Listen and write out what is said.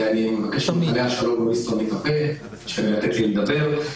ואני מבקש לא לסתום לי את הפה ולתת לי לדבר.